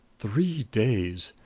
three days!